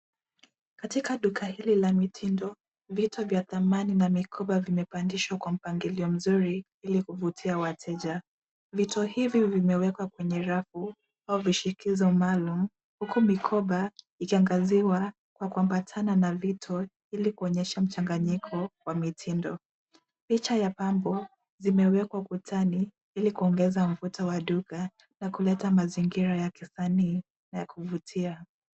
Katika duka hili la mitindo vito vya thamani na mikoba vimepandishwa kwa mpangilio mzuri ili kuvutia wateja, vito hivyo vimewekwa kwenye rabu au vishikizo maalum huku mikoba ikaangaziwa na kuambatana na vito ili kuonyesha mchanganyiko wa mitindo, picha ya pambo zimewekwa ukutani ili kuongeza mvuto wa lugha na kuleta mazingira ya kisanii na kuvutia.